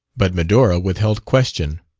but medora withheld question.